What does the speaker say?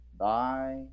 Bye